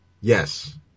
Yes